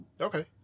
Okay